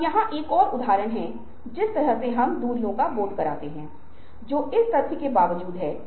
उनके व्यापक हित हैं